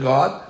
God